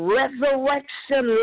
resurrection